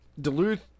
Duluth